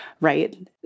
right